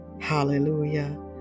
hallelujah